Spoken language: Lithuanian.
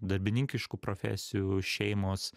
darbininkiškų profesijų šeimos